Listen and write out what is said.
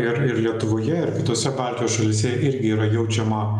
ir ir lietuvoje ir kitose baltijos šalyse irgi yra jaučiama